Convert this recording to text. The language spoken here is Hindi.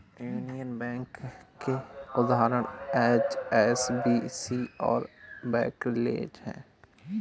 यूनिवर्सल बैंक के उदाहरण एच.एस.बी.सी और बार्कलेज हैं